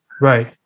right